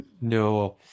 No